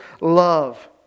love